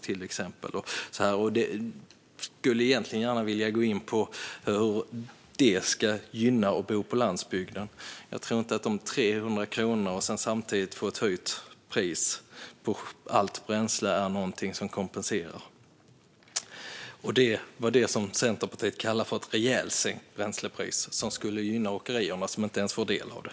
Jag skulle gärna vilja gå in på hur det ska gynna dem som bor på landsbygden. Att få 300 kronor och samtidigt höjt pris på allt bränsle tror jag inte är någonting som kompenserar - och det var det som Centerpartiet kallade ett rejält sänkt bränslepris som skulle gynna åkerierna, som inte ens får del av det.